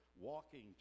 walking